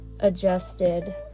adjusted